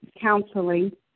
counseling